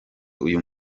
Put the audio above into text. uyu